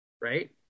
right